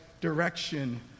direction